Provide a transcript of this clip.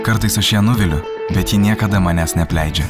kartais aš ją nuviliu bet ji niekada manęs neapleidžia